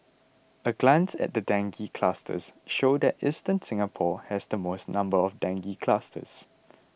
a glance at the dengue clusters show that eastern Singapore has the most number of dengue clusters